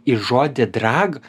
į žodį drag